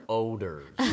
odors